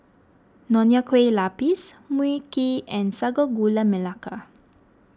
Nonya Kueh Lapis Mui Kee and Sago Gula Melaka